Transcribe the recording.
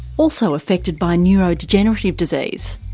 also affected by neurodegenerative disease.